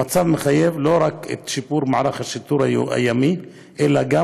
המצב מחייב לא רק את שיפור מערך השיטור הימי אלא גם